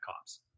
cops